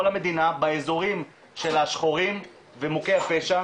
המדינה באזורים של השחורים ומוכי הפשע.